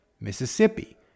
Mississippi